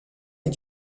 est